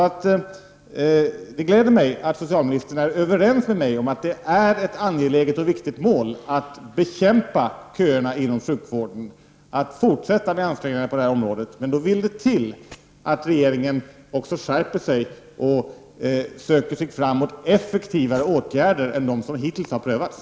Det gläder mig att socialministern är överens med mig om att det är ett angeläget och viktigt mål att bekämpa köerna inom sjukvården och att fortsätta med ansträngningarna på detta område. Det vill då till att regeringen också skärper sig och söker sig fram mot effektivare åtgärder än de som hittills har prövats.